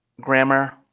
grammar